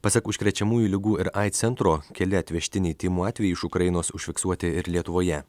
pasak užkrečiamųjų ligų ir aids centro keli atvežtiniai tymų atvejai iš ukrainos užfiksuoti ir lietuvoje